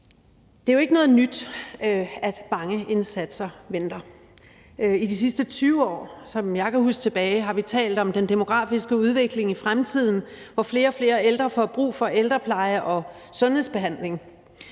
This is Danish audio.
Det er jo ikke noget nyt, at mange indsatser venter. I de sidste 20 år, som jeg kan huske tilbage, har vi talt om den demografiske udvikling i fremtiden, hvor flere og flere ældre får brug for ældrepleje og sundhedsbehandling.